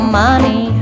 money